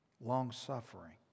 Long-suffering